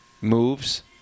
moves